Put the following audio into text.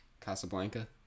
Casablanca